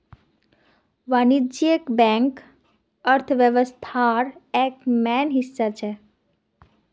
वाणिज्यिक बैंक अर्थव्यवस्थार एक मेन हिस्सा छेक